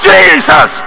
Jesus